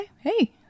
Hey